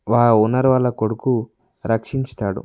వా ఆ ఓనర్ వాళ్ళ కొడుకు రక్షించుతాడు